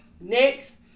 Next